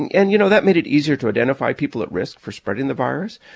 and and, you know, that made it easier to identify people at risk for spreading the virus.